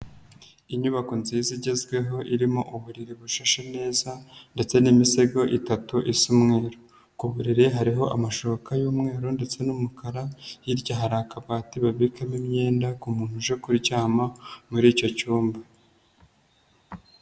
Inyubako nziza igezweho irimo uburiri bushashe neza ndetse n'imisego itatu isa umweru, ku buriri hariho amashuka y'umweru ndetse n'umukara hirya hari akabati babikamo imyenda ku muntu uje kuryama muri icyo cyumba.